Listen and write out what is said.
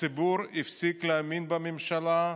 הציבור הפסיק להאמין בממשלה,